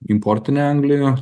importinę anglį